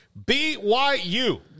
BYU